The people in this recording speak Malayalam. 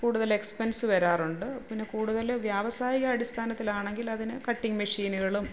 കൂടുതൽ എക്സ്പെൻസ് വരാറുണ്ട് പിന്നെ കൂടുതൽ വ്യാവസായിക അടിസ്ഥാനത്തിലാണെങ്കിൽ അതിന് കട്ടിങ് മഷീനുകളും